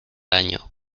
año